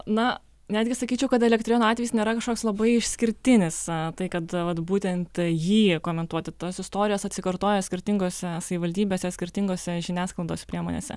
na netgi sakyčiau kad elektrėnų atvejis nėra kažkoks labai išskirtinis tai kad vat būtent jį komentuoti tos istorijos atsikartoja skirtingose savivaldybėse skirtingose žiniasklaidos priemonėse